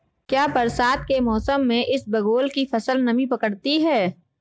क्या बरसात के मौसम में इसबगोल की फसल नमी पकड़ती है?